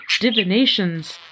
Divinations